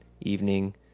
evening